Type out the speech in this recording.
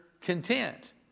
content